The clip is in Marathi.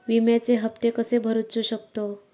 विम्याचे हप्ते कसे भरूचो शकतो?